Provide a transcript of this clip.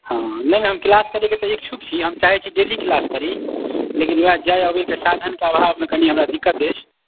हँ नहि नहि हम क्लास करैके इच्छुक छी हम चाहैत छी डेली क्लास करी लेकिन ओएह जाय अबैके साधनके अभावमे कनि हमरा दिक्कत अछि